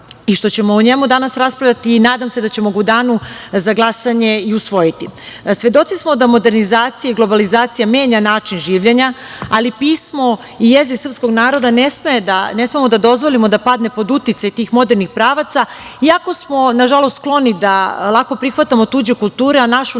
i što ćemo o njemu danas raspravljati i nadam se da ćemo ga u danu za glasanje i usvojiti. Svedoci smo da modernizacija i globalizacija menja način življenja, ali pismo i jezik srpskog naroda ne smemo da dozvolimo da padne pod uticaj tih modernih pravaca, iako smo, nažalost, skloni da lako prihvatamo tuđe kulture, a našu